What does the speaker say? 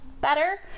better